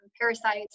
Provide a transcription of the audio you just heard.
parasites